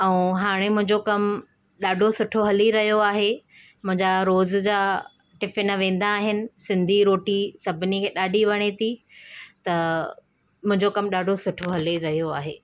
ऐं हाणे मुंहिंजो कमु ॾाढो सुठो हली रहियो आहे मुंहिंजा रोज़ु जा टिफ़िन वेंदा आहिनि सिंधी रोटी सभिनि खे ॾाढी वणे थी त मुंहिंजो कमु ॾाढो सुठो हली रहियो आहे